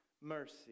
mercy